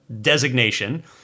designation